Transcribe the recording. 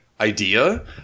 idea